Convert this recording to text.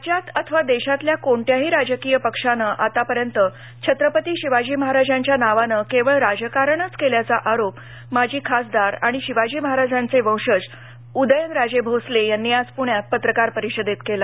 राज्यात अथवा देशातल्या ं तील कोणत्याही राजकीय पक्षानं आत्तापर्यंत छत्रपती शिवाजी महाराजांच्या नावानं केवळ राजकारण केल्याचा आरोप माजी खासदार आणि शिवाजी महाराजांचे वंशज उदयनराजे भोसले यांनी आज प्ण्यात पत्रकार परिषदेत केला